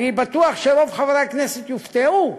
אני בטוח שרוב חברי הכנסת יופתעו,